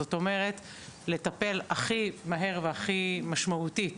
זאת אומרת, לטפל הכי מהר והכי משמעותית